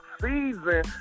season